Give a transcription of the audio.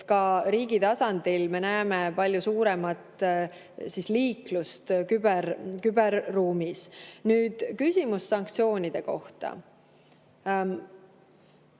Ka riigi tasandil me näeme palju suuremat liiklust küberruumis. Nüüd, küsimus sanktsioonide kohta.